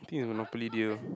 think is Monopoly Deal